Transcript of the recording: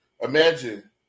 imagine